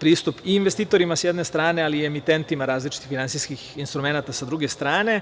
pristup i investitorima sa jedne strane, ali i emitentima različitih finansijskih instrumenata sa druge strane.